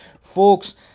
Folks